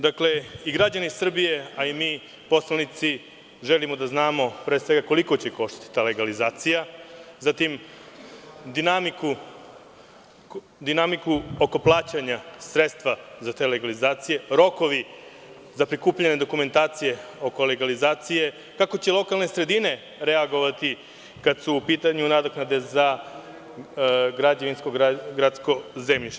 Dakle, i građani Srbije i mi, poslanici, želimo da znamo, pre svega, koliko će koštati ta legalizacija, zatim dinamiku oko plaćanja sredstava za tu legalizaciju, rokovi za prikupljanje dokumentacije oko legalizacije, kako će lokalne sredine reagovati kada su u pitanju nadoknade za građevinsko gradsko zemljište?